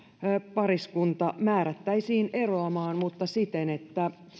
pariskunta määrättäisiin eroamaan mutta siten että